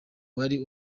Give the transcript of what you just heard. wari